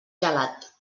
gelat